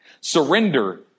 Surrender